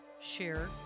share